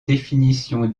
définition